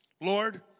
Lord